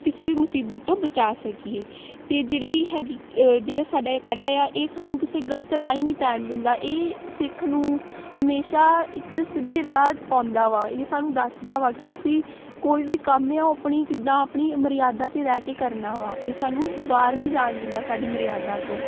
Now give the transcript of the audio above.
ਕਿਸੇ ਵੀ ਮੁਸੀਬਤ ਤੋਂ ਬਚਾ ਸਕੀਏ ਅਤੇ ਜਿਹੜੀ ਹੈਗੀ ਜਿਹੜਾ ਸਾਡਾ ਕੜਾ ਆ ਇਹ ਸਾਨੂੰ ਕਿਸੇ ਗਲਤ ਰਾਹੀਂ ਨਹੀਂ ਪੈਣ ਦਿੰਦਾ ਇਹ ਸਿੱਖ ਨੂੰ ਹਮੇਸ਼ਾਂ ਇੱਕ ਸਿੱਧੇ ਰਾਹ ਪਾਉਂਦਾ ਵਾ ਇਹ ਸਾਨੂੰ ਦੱਸਦਾ ਵਾ ਕਿ ਅਸੀਂ ਕੋਈ ਵੀ ਕੰਮ ਆ ਉਹ ਆਪਣੀ ਕਿੱਦਾਂ ਆਪਣੀ ਮਰਿਆਦਾ 'ਚ ਰਹਿ ਕੇ ਕਰਨਾ ਵਾ ਇਹ ਸਾਨੂੰ ਬਾਹਰ ਨਹੀਂ ਜਾਣ ਦਿੰਦਾ ਸਾਡੀ ਮਰਿਆਦਾ ਤੋਂ